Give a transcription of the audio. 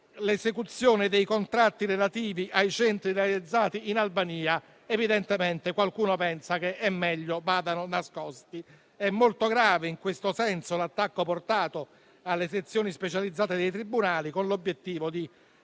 l'esecuzione dei contratti relativi ai centri realizzati in Albania è meglio vada nascosta. È molto grave, in questo senso, l'attacco portato alle sezioni specializzate dei tribunali, con l'obiettivo di